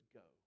go